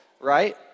Right